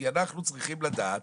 כי אנחנו צריכים לדעת